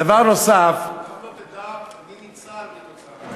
דבר נוסף, לעולם לא תדע מי ניצל מכך.